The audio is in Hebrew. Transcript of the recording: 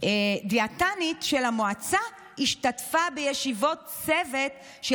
השתתפה דיאטנית של המועצה בישיבות צוות של